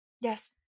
Yes